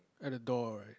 at the door right